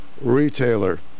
retailer